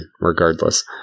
regardless